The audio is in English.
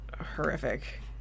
horrific